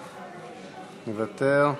מוותר.